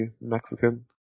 Mexican